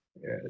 Yes